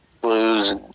blues